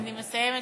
אני מסיימת.